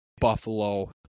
Buffalo